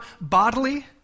bodily